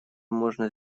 можно